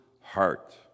heart